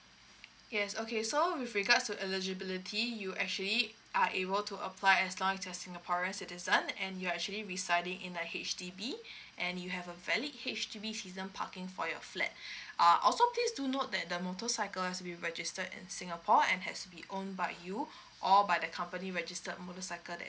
yes okay so with regards to eligibility you actually are able to apply as long as you're singaporeans citizen and you're actually residing in a H_D_B and you have a valid H_D_B season parking for your flat uh also please do note that the motorcycles has been registered in singapore and has be owned by you or by the company registered motorcycle that is